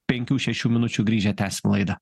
penkių šešių minučių grįžę tęsim laidą